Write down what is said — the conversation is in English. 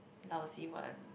lousy one